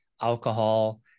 alcohol